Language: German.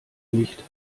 nicht